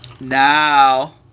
now